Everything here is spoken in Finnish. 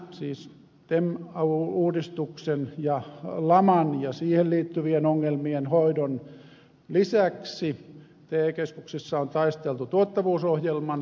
siis tem uudistuksen ja laman ja siihen liittyvien ongelmien hoidon lisäksi te keskuksissa on taisteltu tuottavuusohjelman toteuttamisen kanssa